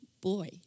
boy